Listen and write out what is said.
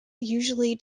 usually